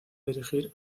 dirigir